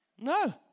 No